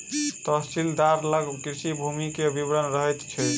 तहसीलदार लग कृषि भूमि के विवरण रहैत छै